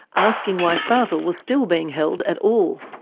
asking why fazel was still being held at all.